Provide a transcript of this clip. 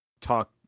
talk